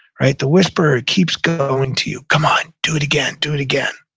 right? the whisperer keeps going to you, come on. do it again. do it again.